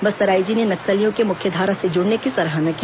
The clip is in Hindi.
बस्तर आईजी ने नक्सलियों के मुख्यधारा से जुड़ने की सराहना की